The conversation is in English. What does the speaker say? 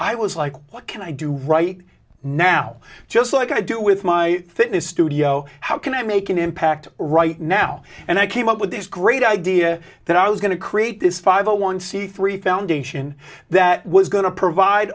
i was like what can i do right now just like i do with my fitness studio how can i make an impact right now and i came up with this great idea that i was going to create this five a one c three foundation that was going to provide